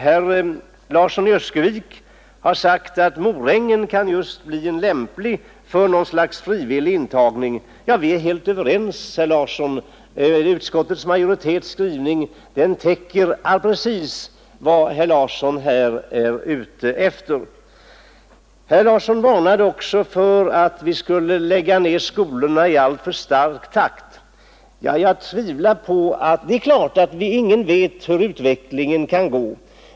Herr Larsson i Öskevik har förklarat att Morängen kan bli en lämplig skola för frivillig intagning. Ja, vi är helt överens med herr Larsson. Utskottsmajoritetens skrivning täcker precis vad herr Larsson här är ute efter. Herr Larsson varnade också för att vi skulle lägga ned skolor i alltför snabb takt. Det är klart att ingen vet hur utvecklingen kan gå.